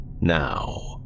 Now